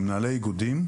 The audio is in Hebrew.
אם מנהלי האיגודים,